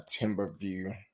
Timberview